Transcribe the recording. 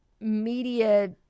media